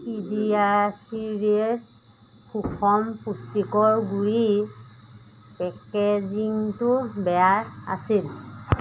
পিডিয়াচিৰিয়োৰ সুষম পুষ্টিকৰ গুড়িৰ পেকেজিঙটো বেয়া আছিল